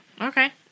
Okay